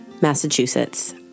Massachusetts